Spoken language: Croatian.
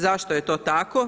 Zašto je to tako?